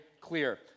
clear